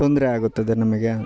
ತೊಂದರೆ ಆಗುತ್ತದೆ ನಮಗೆ